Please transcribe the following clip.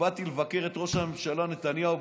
באתי לבקר את ראש הממשלה נתניהו,